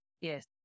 Yes